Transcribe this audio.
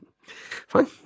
Fine